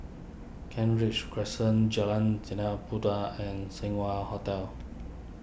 Kent Ridge Crescent Jalan Tanah Puteh and Seng Wah Hotel